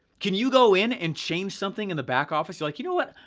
can you go in and change something in the back office, like, you know what,